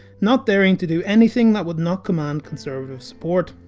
not daring to do anything that would not command conservative support.